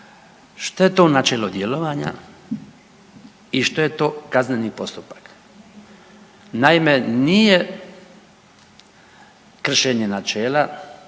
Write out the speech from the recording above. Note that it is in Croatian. što je to načelo djelovanja i što je to kazneni postupak. Naime, nije kršenje načela